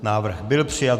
Návrh byl přijat.